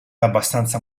abbastanza